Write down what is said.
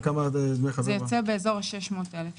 זה יוצא באזור 600,000 שקל.